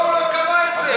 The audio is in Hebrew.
לא, הוא לא קבע את זה.